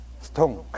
Stone